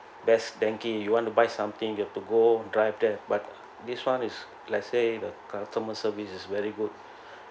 Best Denki you want to buy something you have to go drive there but this one is let's say the customer service is very good